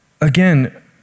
Again